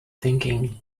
thinking